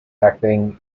acting